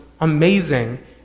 amazing